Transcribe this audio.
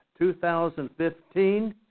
2015